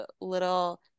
little